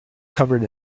covered